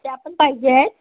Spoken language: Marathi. त्या पण पाहिजे आहेत